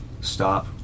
stop